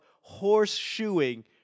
horse-shoeing